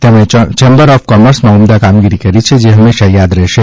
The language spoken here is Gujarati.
તેમણે ચેમ્બર્સ ઓફ કોમર્સમાં ઉમદા કામગીરી કરી છે જે હમેંશા યાદ રહેશે